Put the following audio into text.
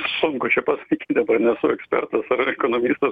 sunku čia pasakyti dabar nesu ekspertas ekonomistas